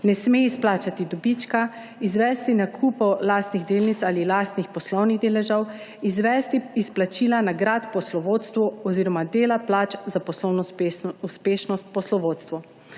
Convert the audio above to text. ne sme izplačati dobička, izvesti nakupov lastnih delnic ali lastnih poslovnih deležev, izvesti izplačila nagrad poslovodstvu oziroma dela plač za poslovno uspešnost poslovodstvu.